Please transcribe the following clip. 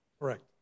Correct